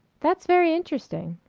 that's very interesting.